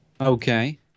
Okay